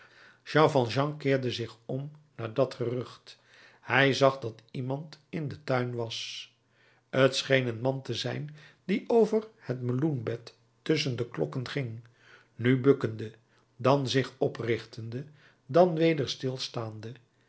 jean valjean keerde zich om naar dat gerucht hij zag dat iemand in den tuin was t scheen een man te zijn die over het meloenbed tusschen de klokken ging nu bukkende dan zich oprichtende dan weder stilstaande